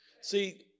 See